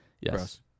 Yes